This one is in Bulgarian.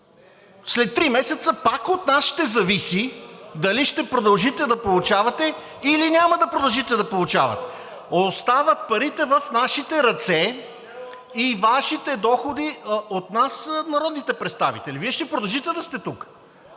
След три месеца пак от нас ще зависи дали ще продължите да получавате, или няма да продължите да получавате – остават парите в нашите ръце и Вашите доходи от нас народните представители. (Шум и реплики от ДПС.)